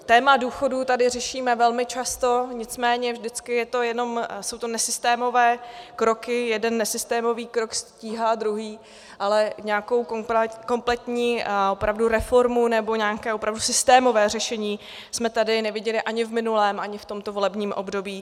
Téma důchodů tady řešíme velmi často, nicméně vždycky jsou to jenom nesystémové kroky, jeden nesystémový krok stíhá druhý, ale nějakou kompletní opravdu reformu nebo nějaké opravdu systémové řešení jsme tady neviděli ani v minulém, ani v tomto volebním období.